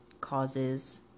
causes